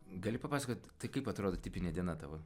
gali papasakot tai kaip atrodo tipinė diena tavo